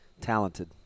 talented